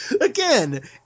again